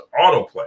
autoplay